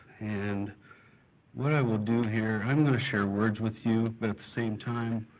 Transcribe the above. and what i will do here, i'm going to share words with you but at the same time,